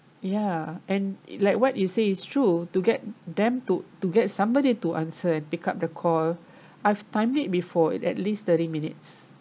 ya and like what you say is true to get them to to get somebody to answer and pick up the call I've timed it before it at least thirty minutes